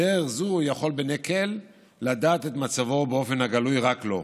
בדרך זו הוא יכול בנקל לדעת את מצבו באופן הגלוי רק לו.